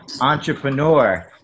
entrepreneur